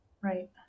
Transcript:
Right